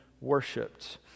worshipped